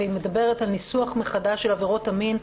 והיא מדברת על ניסוח מחדש של עבירות המין,